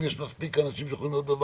אם יש מספיק אנשים שיכולים להיות בוועדות,